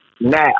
Now